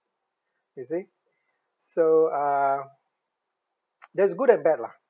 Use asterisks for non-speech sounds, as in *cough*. you see so uh *noise* there's good and bad lah